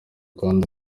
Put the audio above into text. kandi